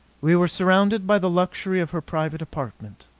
we were surrounded by the luxury of her private apartment.